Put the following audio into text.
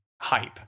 hype